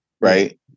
right